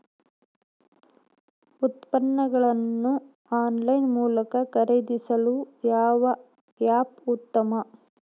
ಉತ್ಪನ್ನಗಳನ್ನು ಆನ್ಲೈನ್ ಮೂಲಕ ಖರೇದಿಸಲು ಯಾವ ಆ್ಯಪ್ ಉತ್ತಮ?